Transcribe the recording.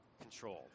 control